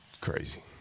Crazy